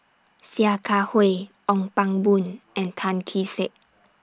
Sia Kah Hui Ong Pang Boon and Tan Kee Sek